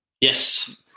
Yes